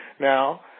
now